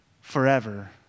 forever